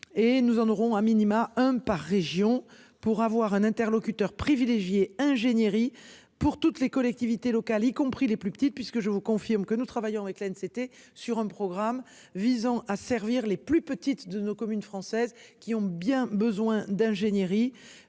nous en aurons a minima, un par région pour avoir un interlocuteur privilégié ingénierie pour toutes les collectivités locales y compris les plus petites, puisque je vous confirme que nous travaillons avec la haine. C'était sur un programme visant à servir les plus petites de nos communes françaises qui ont bien besoin d'ingénierie.